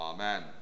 Amen